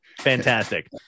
Fantastic